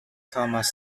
thomas